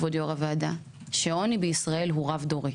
כבוד יו"ר הוועדה, שעוני בישראל הוא רב דורי.